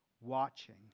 watching